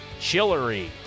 Chillery